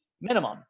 minimum